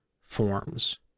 forms